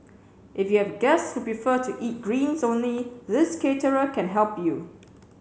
if you have guests who prefer to eat greens only this caterer can help you